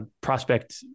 prospect